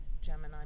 gemini